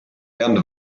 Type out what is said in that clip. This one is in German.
bernd